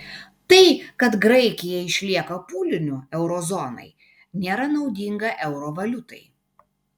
tai kad graikija išlieka pūliniu euro zonai nėra naudinga euro valiutai